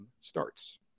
starts